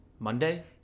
Monday